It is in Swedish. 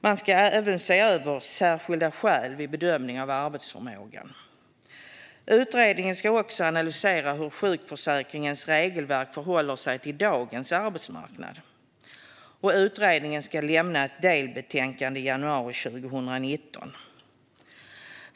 Man ska även se över särskilda skäl vid bedömning av arbetsförmågan. Utredningen ska också analysera hur sjukförsäkringens regelverk förhåller sig till dagens arbetsmarknad. Utredningen ska lämna ett delbetänkande i januari 2019.